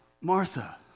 Martha